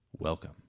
Welcome